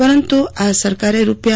પરંતુ આ સરકારે રૂા